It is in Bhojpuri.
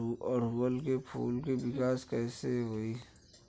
ओड़ुउल के फूल के विकास कैसे होई?